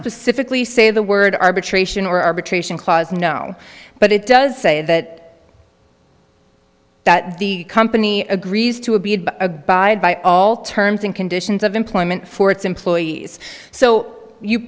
specifically say the word arbitration or arbitration clause no but it does say that that the company agrees to abide by a by all terms and conditions of employment for its employees so you